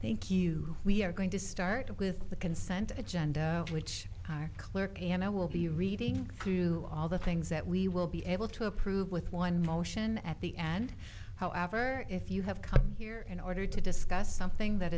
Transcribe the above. thank you we are going to start with the consent agenda which our clerk and i will be reading through all the things that we will be able to approve with one motion at the end however if you have come here in order to discuss something that